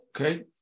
Okay